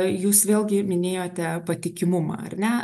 jūs vėlgi minėjote patikimumą ar ne